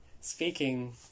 speaking